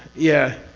yeah,